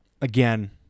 again